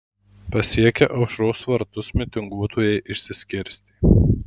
pasiekę aušros vartus mitinguotojai išsiskirstė